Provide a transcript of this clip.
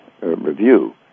review